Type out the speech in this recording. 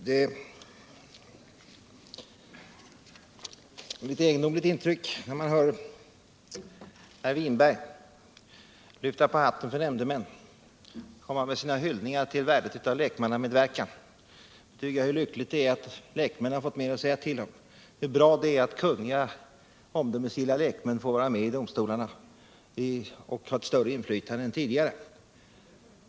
Herr talman! Herr Winbergs anförande ger ett något egendomligt intryck. Han lyfter på hatten för nämndemännen och framför sina hyllningar till lekmannamedverkan. Han säger att det är lyckligt att lek männen fått mer att säga till om och att det är bra att kunniga och omdömesgilla lekmän får vara med i domstolarna och där ha ett större inflytande än tidigare.